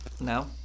No